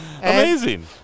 Amazing